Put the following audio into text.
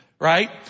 right